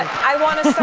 i want to